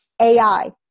AI